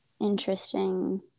interesting